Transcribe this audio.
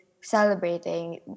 celebrating